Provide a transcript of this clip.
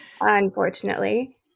unfortunately